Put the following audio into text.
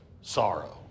sorrow